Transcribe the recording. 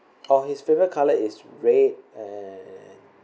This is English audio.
oh his favourite colour is red uh